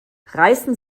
reißen